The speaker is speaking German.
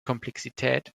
komplexität